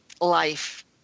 life